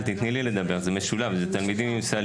ביקשו מאיתנו לקבל את הנתונים גם קודם,